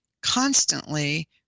constantly